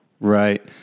Right